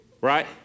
right